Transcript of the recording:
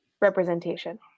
representation